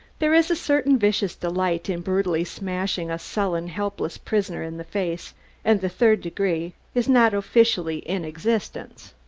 there is a certain vicious delight in brutally smashing a sullen, helpless prisoner in the face and the third degree is not officially in existence.